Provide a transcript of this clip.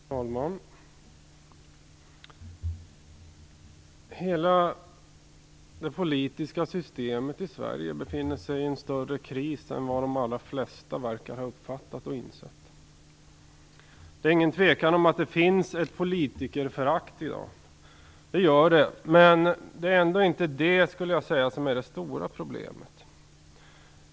Fru talman! Hela det politiska systemet i Sverige befinner sig i en större kris än vad de allra flesta verkar ha uppfattat och insett. Det råder inget tvivel om att det finns ett politikerförakt i dag. Det gör det. Men det är ändå inte det, skulle jag vilja säga, som är det stora problemet.